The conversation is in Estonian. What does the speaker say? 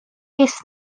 kes